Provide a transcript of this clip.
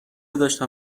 داشتم